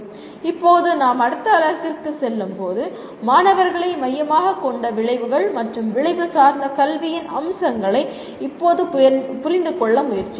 இப்போது நாம் அடுத்த அலகுக்குச் செல்லும்போது மாணவர்களை மையமாகக் கொண்ட விளைவுகள் மற்றும் விளைவு சார்ந்த கல்வியின் அம்சங்களை இப்போது புரிந்துகொள்ள முயற்சிக்கிறோம்